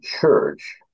church